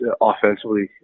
offensively